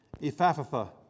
Ephaphatha